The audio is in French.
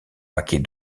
paquets